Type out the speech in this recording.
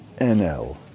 NL